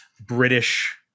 British